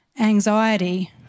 anxiety